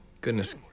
goodness